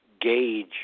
gauge